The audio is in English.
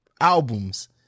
albums